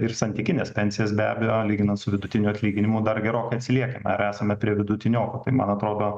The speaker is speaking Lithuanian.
ir santykinės pensijos be abejo lyginant su vidutiniu atlyginimu dar gerokai atsilieka ar esame prie vidutiniokų tai man atrodo